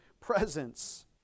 presence